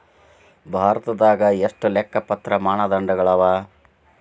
ಭಾರತದಾಗ ಎಷ್ಟ ಲೆಕ್ಕಪತ್ರ ಮಾನದಂಡಗಳವ?